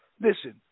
Listen